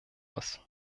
muss